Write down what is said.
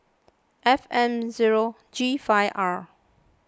F M zero G five R